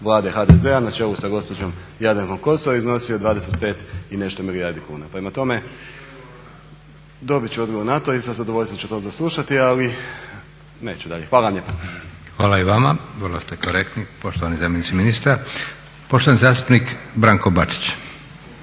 vlade HDZ-a na čelu sa gospođom Jadrankom Kosor iznosio 25 i nešto milijardi kuna. Prema tome dobit ću odgovor na to i sa zadovoljstvo saslušati, ali neću dalje. Hvala vam lijepa. **Leko, Josip (SDP)** Hvala i vama. Vrlo ste korektni poštovani zamjeniče ministra. Poštovani zastupnik Branko Bačić.